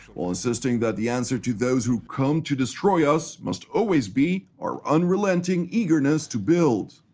while insisting that the answer to those who come to destroy us, must always be our unrelenting eagerness to build.